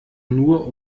nur